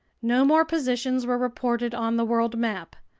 no more positions were reported on the world map.